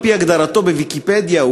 על-פי הגדרתו ב"ויקיפדיה",